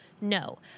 No